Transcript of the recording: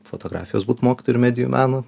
fotografijos būt mokytoju ir medijų meno